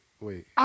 Wait